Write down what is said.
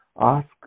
ask